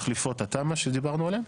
מחליפות התמ"א שדיברנו עליהן,